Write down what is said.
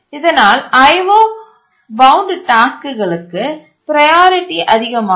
இதனால் I O bound டாஸ்க்குகளுக்குIO bound task priority அதிகமாகும்